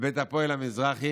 לבית הפועל המזרחי,